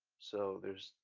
so there's,